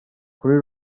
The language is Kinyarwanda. kuri